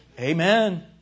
Amen